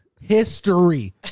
History